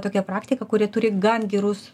tokia praktika kuri turi gan gerus